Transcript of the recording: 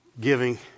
giving